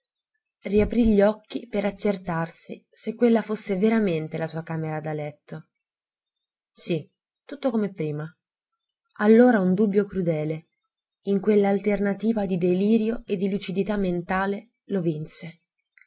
riaprì gli occhi per accertarsi se quella fosse veramente la sua camera da letto sì tutto come prima allora un dubbio crudele in quell'alternativa di delirio e di lucidità mentale lo vinse